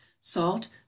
Salt